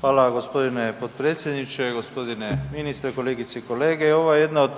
Hvala g. potpredsjedniče, g. ministre, kolegice i kolege. Ovo je jedna od